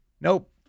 Nope